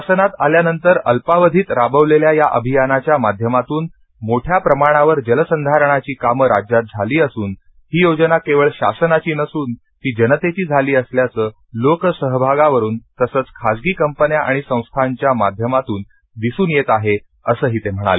शासनात आल्यानंतर अल्पावधीत राबवलेल्या या अभियानाच्या माध्यमातून मोठ्या प्रमाणावर जलसंधारणाची कामे राज्यात झाली असून ही योजना केवळ शासनाची नसून तीजनतेची झाली असल्याचं लोकसहभागावरून तसच खाजगी कंपन्या आणि संस्थाच्या माध्यमातून दिसून येत असंही ते म्हणाले